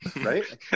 right